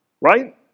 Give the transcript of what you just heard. Right